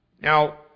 Now